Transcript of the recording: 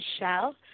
Michelle